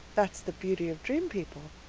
that's the beauty of dream-people.